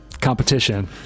competition